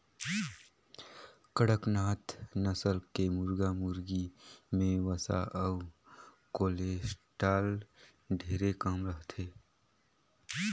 कड़कनाथ नसल के मुरगा मुरगी में वसा अउ कोलेस्टाल ढेरे कम रहथे